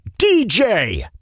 DJ